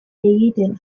egiten